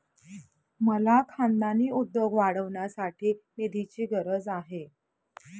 मला खानदानी उद्योग वाढवण्यासाठी निधीची गरज आहे